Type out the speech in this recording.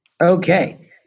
okay